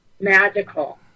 magical